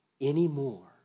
anymore